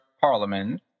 parliament